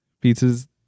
Pizza's